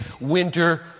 winter